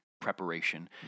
preparation